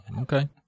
Okay